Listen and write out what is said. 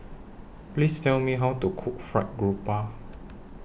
Please Tell Me How to Cook Fried Garoupa